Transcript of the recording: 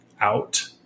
out